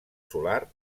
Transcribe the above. solar